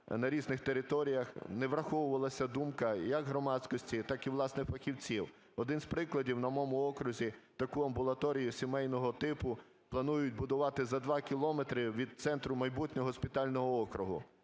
на різних територіях, не враховувалася думка як громадськості, так і, власне, фахівців. Один з прикладів, на моєму окрузі таку амбулаторію сімейного типу планують будувати за 2 кілометри від центру майбутнього госпітального округу.